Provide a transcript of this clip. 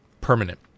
permanent